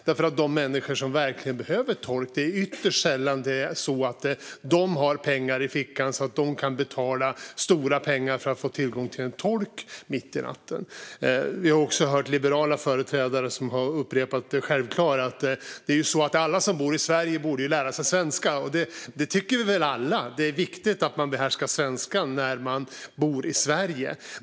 De människor som verkligen behöver tolk har ju ytterst sällan pengar i fickan så att de kan betala stora summor för tillgång till en tolk mitt i natten. Vi har också hört liberala företrädare upprepa det självklara: Alla som bor i Sverige borde lära sig svenska. Det tycker vi väl alla. Det är viktigt att man behärskar svenska när man bor i Sverige.